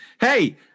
hey